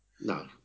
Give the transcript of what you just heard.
No